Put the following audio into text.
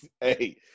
hey